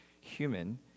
human